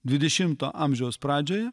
dvidešimto amžiaus pradžioje